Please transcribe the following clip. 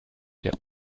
der